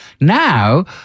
Now